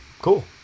Cool